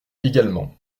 également